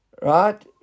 Right